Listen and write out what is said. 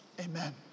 Amen